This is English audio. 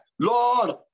Lord